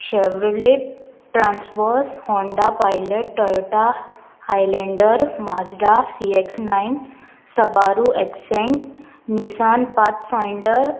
Chevrolet Traverse Honda Pilot Toyota Highlander Mazda C X nine Subaru Ascent Nissan Pathfinder